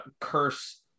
curse